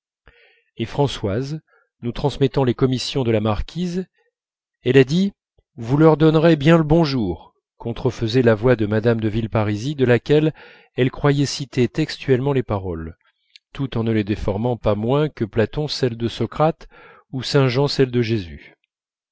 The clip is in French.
et françoise nous transmettant les commissions de la marquise elle a dit vous leur donnerez bien le bonjour contrefaisait la voix de mme de villeparisis de laquelle elle croyait citer textuellement les paroles tout en ne les déformant pas moins que platon celles de socrate ou saint jean celles de jésus